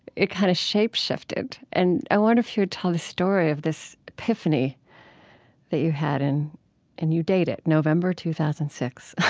it kind of shape-shifted, and i wonder if you would tell the story of this epiphany that you had and and you date it november two thousand and six